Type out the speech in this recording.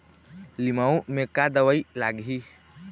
लिमाऊ मे का दवई लागिही?